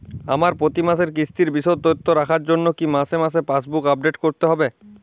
আমার প্রতি মাসের কিস্তির বিশদ তথ্য রাখার জন্য কি মাসে মাসে পাসবুক আপডেট করতে হবে?